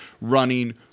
running